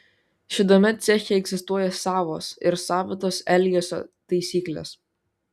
šitame ceche egzistuoja savos ir savitos elgesio taisyklės